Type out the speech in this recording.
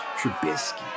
Trubisky